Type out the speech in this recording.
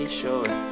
sure